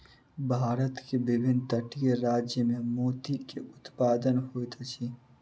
भारत के विभिन्न तटीय राज्य में मोती के उत्पादन होइत अछि